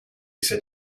said